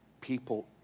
people